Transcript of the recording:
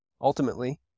ultimately